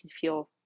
feel